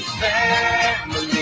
family